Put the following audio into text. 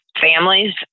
families